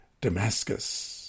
Damascus